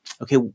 okay